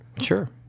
Sure